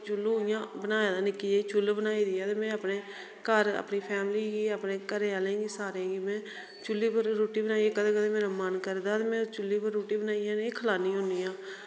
चुल्लू इयां बनाए दा इक निक्का जेहा चुल्ल बनाई दी ऐ ते अपने घर अपनी फैमली गी अपने घरे आहले गी सारें गी में चुल्लीप् उपर रुट्टी बनाइयै कंदे मेरा मन करदा ते में चुल्ली उप्पर रुट्टी बनाइयै इंनेंगी खलान्नी होन्नी आं